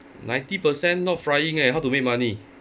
ninety percent not flying eh how to make money